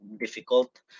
difficult